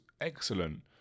excellent